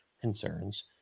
concerns